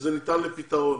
וזה ניתן לפתרון.